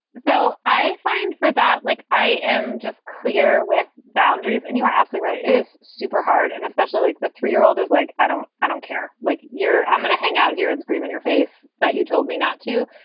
so i find for that, like i am just clear with boundaries and you are absolutely right is super hard. and especially like the three year old is like, i don't i don't care. like, you're i'm going to hang out here and scream in your face that you told me not to.